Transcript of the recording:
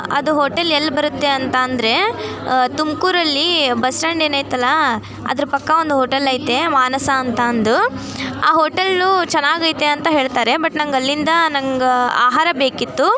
ಅದು ಹೋಟೆಲ್ ಎಲ್ಲಿ ಬರುತ್ತೆ ಅಂತ ಅಂದರೆ ತುಮಕೂರಲ್ಲಿ ಬಸ್ ಸ್ಟ್ಯಾಂಡ್ ಏನು ಐತಲ್ಲಾ ಅದ್ರ ಪಕ್ಕ ಒಂದು ಹೋಟೆಲ್ ಐತೆ ಮಾನಸ ಅಂತ ಅಂದು ಆ ಹೋಟೆಲ್ಲು ಚೆನ್ನಾಗೈತೆ ಅಂತ ಹೇಳ್ತಾರೆ ಬಟ್ ನನಗ್ ಅಲ್ಲಿಂದ ನಂಗೆ ಆಹಾರ ಬೇಕಿತ್ತು